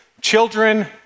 children